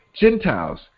Gentiles